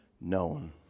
known